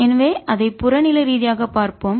எனவே அதை புறநிலை ரீதியாக பார்ப்போம்